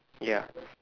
ya